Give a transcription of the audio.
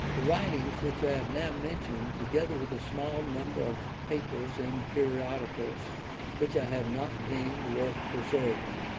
the writings which i have now mentioned, together with a small number of papers in periodicals which i have not deemed worth preserving,